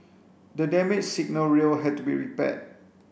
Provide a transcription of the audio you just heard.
the damaged signal rail had to be repaired